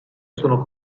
sono